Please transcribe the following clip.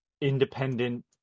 independent